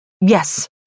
Yes